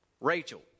Rachel